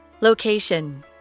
Location